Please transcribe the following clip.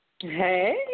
Hey